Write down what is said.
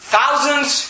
Thousands